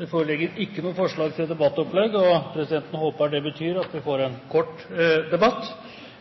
Det foreligger ikke noe forslag til debattopplegg, og presidenten håper det betyr at vi får en kort debatt.